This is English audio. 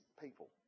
people